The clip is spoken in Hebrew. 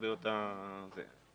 לגבי אותה תקנה.